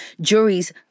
juries